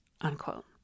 unquote